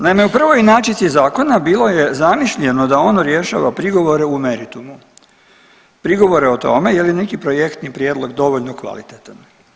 Naime, u prvoj inačici zakona bilo je zamišljeno da ono rješava prigovore u meritumu, prigovore o tome je li neki projektni prijedlog dovoljno kvalitetan.